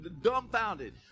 dumbfounded